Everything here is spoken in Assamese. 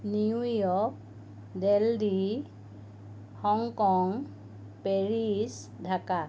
New York Delhi Hong Kong Paris Dhaka